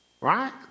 right